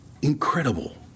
incredible